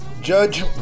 Judge